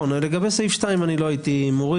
לגבי סעיף 2 אני לא הייתי מוריד,